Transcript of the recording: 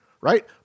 right